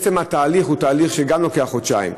עצם התהליך גם לוקח חודשיים.